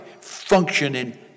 functioning